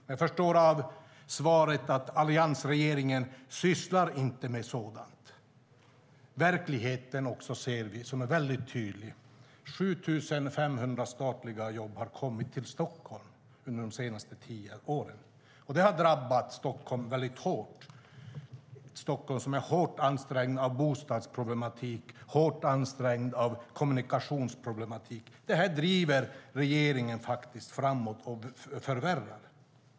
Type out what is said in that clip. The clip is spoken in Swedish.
Jag förstår av svaret att alliansregeringen inte sysslar med sådant. Verkligheten ser vi, och den är väldigt tydlig: 7 500 statliga jobb har kommit till Stockholm under de senaste tio åren. Det har drabbat Stockholm väldigt hårt, eftersom Stockholm är hårt ansträngd av bostadsproblematik och kommunikationsproblematik. Det här driver regeringen framåt och förvärrar.